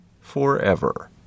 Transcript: forever